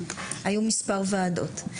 היו מספר ועדות,